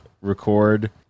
record